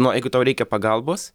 no jeigu tau reikia pagalbos